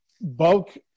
bulk